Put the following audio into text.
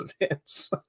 events